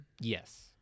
yes